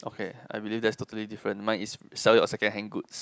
okay I believe that's totally different mine is sell your second hand goods